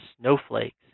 snowflakes